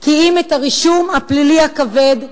כי אם את הרישום הפלילי הכבד,